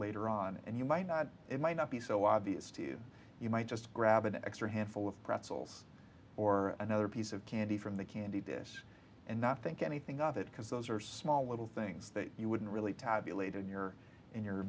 later on and you might not it might not be so obvious to you you might just grab an extra handful of pretzels or another piece of candy from the candy dish and not think anything of it because those are small little things that you wouldn't really tabulated your in your